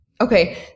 Okay